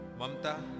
Mamta